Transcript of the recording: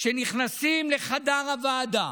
שנכנסים לחבר הוועדה